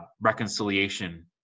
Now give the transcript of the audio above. reconciliation